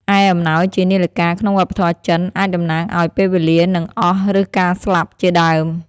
ឯអំណោយជា នាឡិកា ក្នុងវប្បធម៌ចិន អាចតំណាងឲ្យ ពេលវេលានឹងអស់ ឬ ការស្លាប់ ជាដើម។